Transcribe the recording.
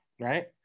right